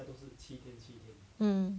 mm